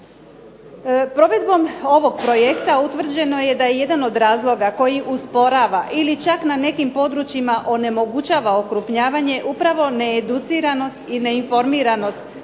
Provedbom ovog projekta utvrđeno je da je jedan od razloga koji usporava ili čak na nekim područjima onemogućava okrupnjavanje upravo needuciranost i neinformiranost